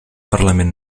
parlament